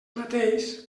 mateix